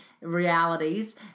realities